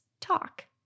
talk